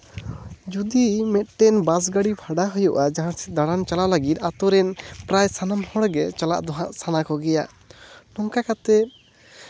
ᱡᱩᱫᱤ ᱢᱤᱫᱴᱮᱱ ᱵᱟᱥ ᱜᱟᱹᱰᱤ ᱵᱷᱟᱲᱟ ᱦᱩᱭᱩᱜᱼᱟ ᱡᱟᱦᱟᱸ ᱥᱮᱫ ᱫᱟᱬᱟᱱ ᱪᱟᱞᱟᱜ ᱞᱟᱹᱜᱤᱫ ᱟᱹᱛᱩ ᱨᱮ ᱯᱨᱟᱭ ᱥᱟᱱᱟᱢ ᱦᱚᱲᱜᱮ ᱪᱟᱞᱟᱜ ᱫᱚ ᱦᱟᱸᱜ ᱥᱟᱱᱟ ᱠᱚᱜᱮᱭᱟ ᱱᱚᱝᱠᱟ ᱠᱟᱛᱮᱫ